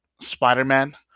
Spider-Man